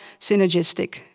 synergistic